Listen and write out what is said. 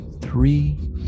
Three